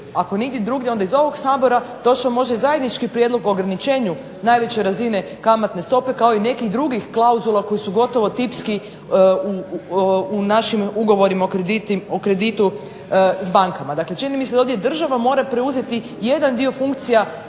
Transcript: ako nigdje drugdje iz ovog Sabora došao zajednički prijedlog o ograničenju najveće razine kamatne stope kao i nekih drugih klauzula koje su gotovo tipski u našim ugovorima o kreditu s bankama. Dakle, čini mi se da ovdje država mora preuzeti jedan dio funkcija